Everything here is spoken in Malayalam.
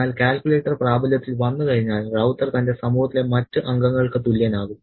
എന്നാൽ കാൽക്കുലേറ്റർ പ്രാബല്യത്തിൽ വന്നുകഴിഞ്ഞാൽ റൌത്തർ തന്റെ സമൂഹത്തിലെ മറ്റ് അംഗങ്ങൾക്ക് തുല്യനാകും